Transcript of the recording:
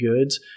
goods